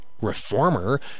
reformer